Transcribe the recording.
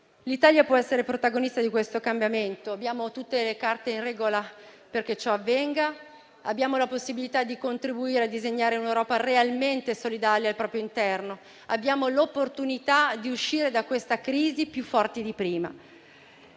L'Italia può essere protagonista di questo cambiamento: abbiamo tutte le carte in regola perché ciò avvenga, la possibilità di contribuire a disegnare un'Europa realmente solidale al proprio interno e l'opportunità di uscire da questa crisi più forti di prima.